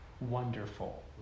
wonderful